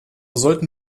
sollten